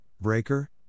Breaker